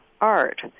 art